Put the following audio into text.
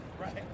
Right